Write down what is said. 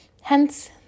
Hence